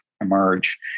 emerge